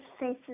faces